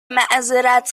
معذرت